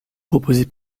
proposée